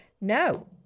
no